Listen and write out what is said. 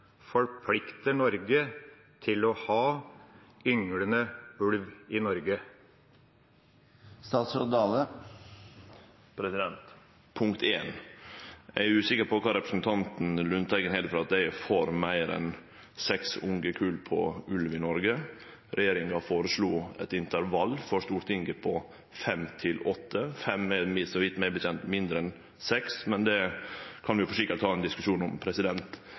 til å ha ynglende ulv i Norge? Punkt éin: Eg er usikker på kvar representanten Lundteigen har det frå at eg er for meir enn seks ungekull på ulv i Noreg. Regjeringa føreslo for Stortinget eit intervall på fem til åtte. Fem er så vidt eg veit mindre enn seks, men det kan vi sikkert ha ein diskusjon om.